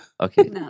Okay